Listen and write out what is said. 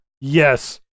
Yes